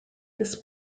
this